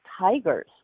tigers